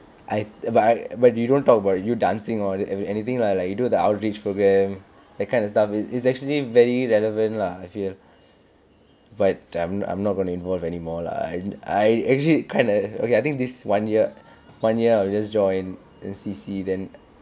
I but I but you don't talk about you dancing or anything lah like you do the outreach program that kind of stuff is is actually very relevant lah I feel but I'm I'm not gonna involve anymore lah and I actually kinda okay I think this one year one year I will just join and see see then